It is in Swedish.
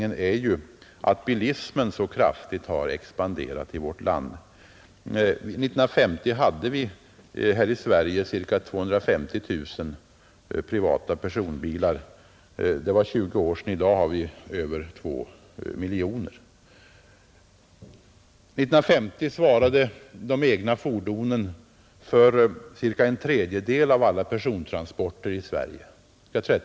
För det tredje har bilismen i vårt land expanderat kraftigt. År 1950, alltså för 20 år sedan, hade vi här i Sverige ca 250 000 privata personbilar. I dag har vi över 2 miljoner. År 1950 svarade de egna fordonen för cirka en tredjedel, 30 procent, av alla persontransporter i Sverige.